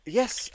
yes